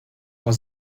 was